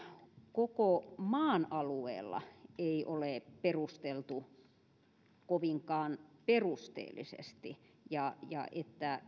koko maan alueella ei ole perusteltu kovinkaan perusteellisesti ja ja että